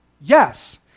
Yes